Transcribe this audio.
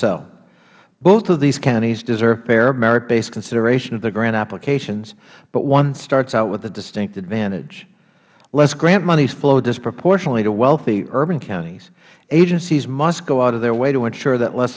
so both of these counties deserve fair merit based consideration of their grant applications but one starts out with a distinct advantage lest grant monies flow disproportionately to wealthy urban counties agencies must go out of their way to ensure that less